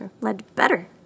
Ledbetter